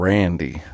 Randy